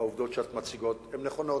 והעובדות שאת מציגה, הן נכונות.